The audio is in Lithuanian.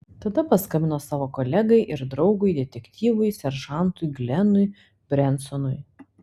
tada paskambino savo kolegai ir draugui detektyvui seržantui glenui brensonui